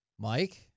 Mike